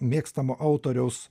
mėgstamo autoriaus